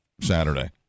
Saturday